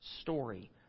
story